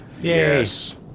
Yes